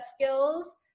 skills